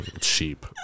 Cheap